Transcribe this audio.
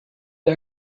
der